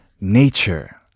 Nature